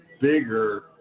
bigger